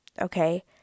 okay